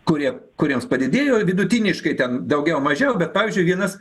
kurie kuriems padidėjo vidutiniškai ten daugiau mažiau bet pavyzdžiui vienas